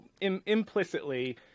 implicitly